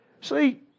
See